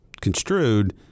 construed